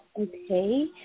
Okay